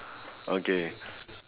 okay